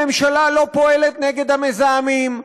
הממשלה לא פועלת נגד המזהמים,